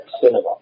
cinema